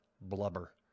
Blubber